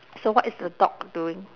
so what is the dog doing